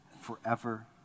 forever